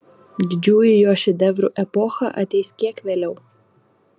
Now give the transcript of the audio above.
didžiųjų jo šedevrų epocha ateis kiek vėliau